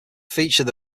feature